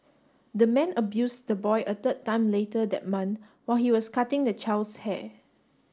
the man abuse the boy a third time later that month while he was cutting the child's hair